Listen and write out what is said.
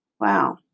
Wow